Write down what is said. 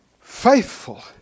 Faithful